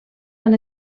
han